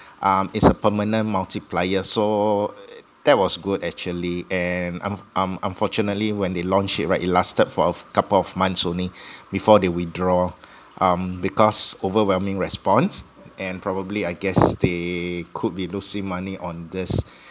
um it's a permanent multiplier so that was good actually and un~ un~ unfortunately when they launched it right it lasted for a couple of months only before they withdraw um because overwhelming response and probably I guess they could be losing money on this